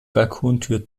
balkontür